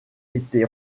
été